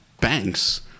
banks